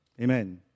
Amen